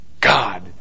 God